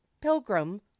pilgrim